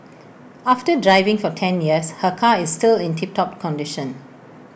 after driving for ten years her car is still in tip top condition